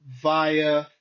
via